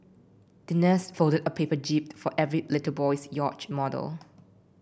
the nurse folded a paper jib for every little boy's yacht model